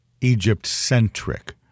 Egypt-centric